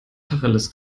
tacheles